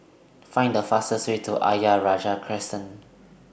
Find The fastest Way to Ayer Rajah Crescent